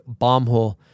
BOMBHOLE